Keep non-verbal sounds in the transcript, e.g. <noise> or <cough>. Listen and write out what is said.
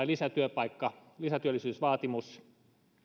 <unintelligible> lisätyöpaikka lisätyöllisyysvaatimus